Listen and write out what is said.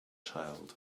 child